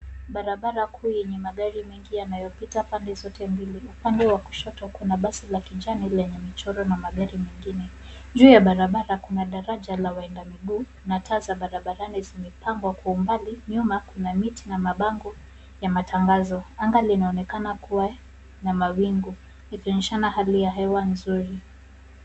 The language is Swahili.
Barabara kuu yenye magari mengi yanayopita pande zote mbili upande ya kushoto kuna basi la kijani lenye mchoro na magari mengine. Juu ya barabara kuna daraja la wenda miguu na taa za barabarani zimepangwa kwa umbali, nyuma kuna miti na mabango ya matangazo. Anga linaonekana kuwa na mawingu ikionyeshana hali ya hewa nzuri.